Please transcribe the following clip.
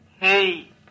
Hey